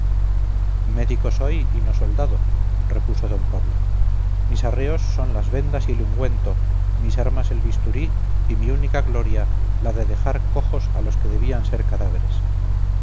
médico soy y no soldado repuso don pablo mis arreos son las vendas y el ungüento mis armas el bisturí y mi única gloria la de dejar cojos a los que debían ser cadáveres